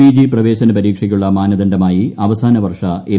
PG പ്രവേശന പരീക്ഷയ്ക്കുള്ള മാനദണ്ഡമായി അവസാന വർഷ എം